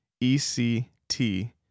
E-C-T